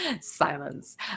Silence